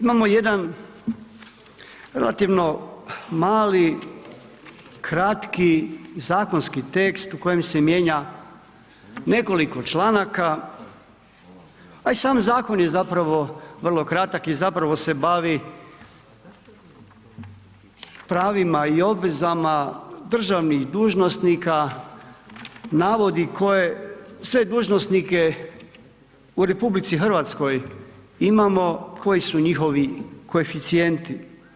Imamo jedan relativno mali kratki, zakonski tekst u kojem se mijenja nekoliko članaka pa i sam zakon je zapravo vrlo kratak i zapravo se bavi pravima i obvezama državnih dužnosnika, navodi koje sve dužnosnike u RH, imamo koji su njihovi koeficijenti.